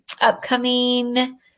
upcoming